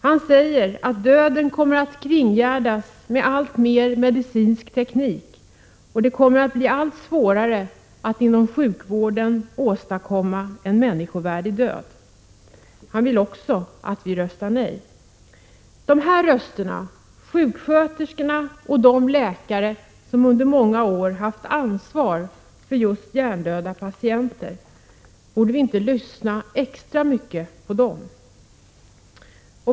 Han säger: ”Döden kommer att kringgärdas med alltmer medicinsk teknik och det kommer att bli allt svårare att inom sjukvården åstadkomma en människovärdig död.” Han vill också att vi röstar nej. De här rösterna, sjuksköterskorna och de läkare som under många år haft ansvar för just hjärndöda patienter, borde vi inte lyssna extra mycket på dem?